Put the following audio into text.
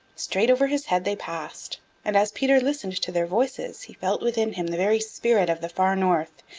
straight over his head they passed and as peter listened to their voices he felt within him the very spirit of the far north,